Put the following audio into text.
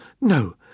No